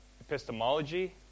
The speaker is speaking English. epistemology